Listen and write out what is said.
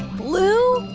blue.